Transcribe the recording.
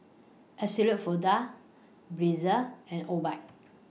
Absolut Vodka Breezer and Obike